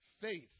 Faith